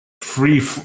free